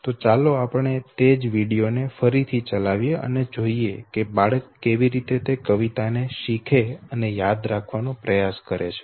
તો ચાલો આપણે એ જ વિડિયો ને ફરીથી ચલાવીએ અને જોઈએ કે બાળક કેવી રીતે તે કવિતાને શીખે અને યાદ કરવાનો પ્રયાસ કરે છે